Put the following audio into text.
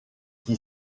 qui